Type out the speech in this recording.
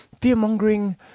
fear-mongering